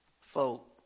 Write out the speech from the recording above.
folk